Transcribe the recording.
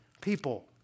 people